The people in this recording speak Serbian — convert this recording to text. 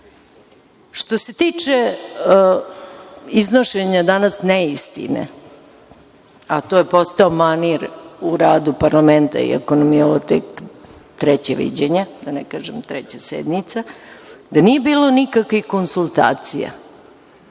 se tiče iznošenja danas neistine, a to je postao manir u radu parlamenta, iako nam ovo tek treće viđenje, da ne kažem treća sednica, da nije bilo nikakvih konsultacija,